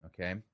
Okay